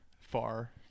far